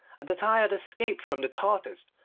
and that i had escaped from the tartars,